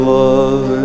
love